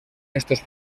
estos